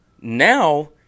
Now